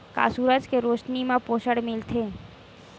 का सूरज के रोशनी म पोषण मिलथे?